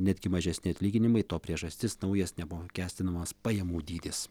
netgi mažesni atlyginimai to priežastis naujas neapmokestinamas pajamų dydis